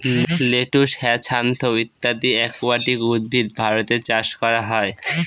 lettuce, hyacinth ইত্যাদি aquatic উদ্ভিদ ভারতে চাষ করা হয়